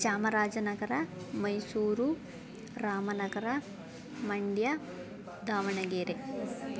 Chamarajanagar Mysuru Ramanagara Mandya Davanagere